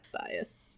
bias